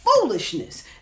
foolishness